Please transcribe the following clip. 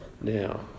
now